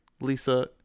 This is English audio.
Lisa